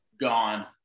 gone